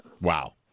Wow